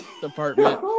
department